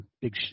big